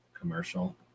commercial